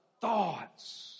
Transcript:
thoughts